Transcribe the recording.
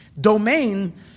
domain